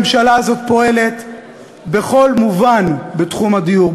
הממשלה הזאת פועלת בכל מובן בתחום הדיור,